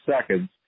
seconds